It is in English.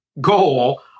goal